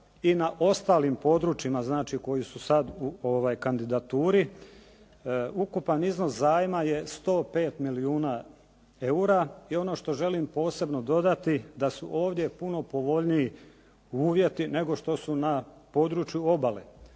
i na ostalim područjima znači koji su sada u kandidaturi. Ukupan iznos zajma je 105 milijuna eura. I ono što želim posebno dodati da su ovdje puno povoljniji uvjeti nego što su na području obale.